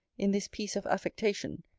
in this piece of affectation,